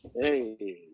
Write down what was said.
hey